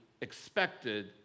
expected